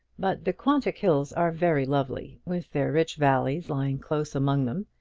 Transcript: but the quantock hills are very lovely, with their rich valleys lying close among them,